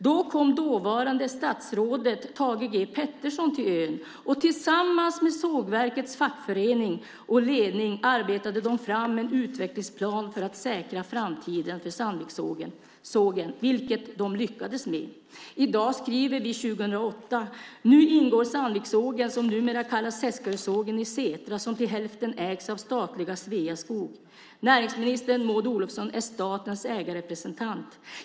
Då kom dåvarande statsrådet Thage G. Peterson till ön, och tillsammans med sågverkets fackförening och ledning arbetade han fram en utvecklingsplan för att säkra framtiden för Sandvikssågen, vilket man lyckades med. I dag skriver vi 2008. Nu ingår Sandvikssågen, som numera kallas Seskarösågen, i Setra, som till hälften ägs av statliga Sveaskog. Näringsminister Maud Olofsson är statens ägarrepresentant.